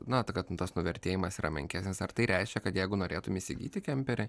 na kad tas nuvertėjimas yra menkesnis ar tai reiškia kad jeigu norėtum įsigyti kemperį